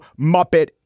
Muppet